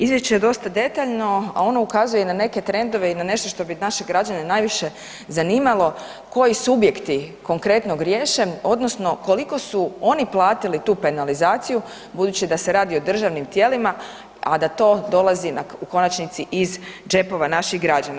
Izvješće je dosta detaljno, a ono ukazuje i na neke trendove i na nešto što bi naše građani najviše zanimalo, koji subjekti konkretno griješe, odnosno koliko su oni platili tu penalizaciju budući da se radi o državnim tijelima a da to dolazi u konačnici iz džepova naših građana?